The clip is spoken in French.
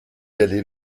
aller